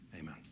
Amen